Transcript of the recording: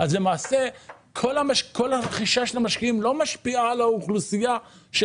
למעשה כל רכישת המשקיעים לא משפיעה על האוכלוסייה של